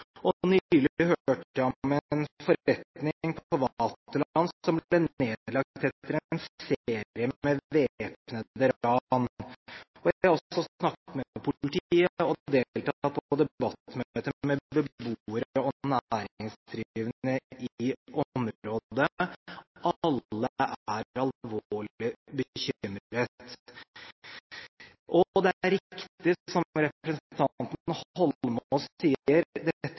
beboere på vei til og fra jobb, og nylig hørte jeg om en forretning på Vaterland som ble nedlagt etter en serie med væpnede ran. Jeg har også snakket med politiet og deltatt på debattmøter med beboere og næringsdrivende i området; alle er alvorlig bekymret. Det er riktig som representanten Holmås sier: Dette